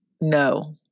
No